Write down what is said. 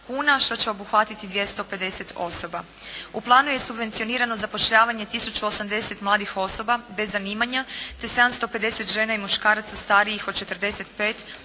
kuna što će obuhvatiti 250 osoba. U planu je subvencionirano zapošljavanje tisuću 80 mladih osoba bez zanimanja, te 750 žena i muškaraca starijih od 45,